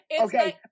Okay